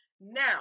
Now